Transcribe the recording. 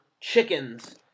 Chickens